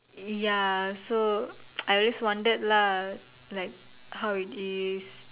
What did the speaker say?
ya so I've always wondered lah like how it is